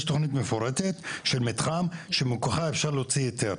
יש תוכנית מפורטת של מתחם שמכוחה אפשר להוציא היתר.